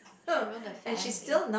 should rule the family